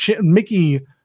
Mickey